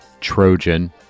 Trojan